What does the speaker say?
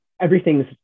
everything's